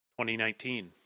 2019